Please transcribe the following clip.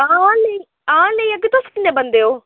हां नेईं हां नेईं अग्गें तुस किन्ने बंदे ओ